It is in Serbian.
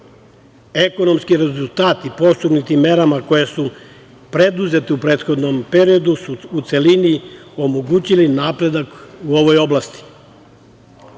Ekonomski rezultati postignutim merama, preduzete u prethodnom periodu su u celini omogućile napredak u ovoj oblasti.